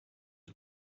was